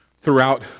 throughout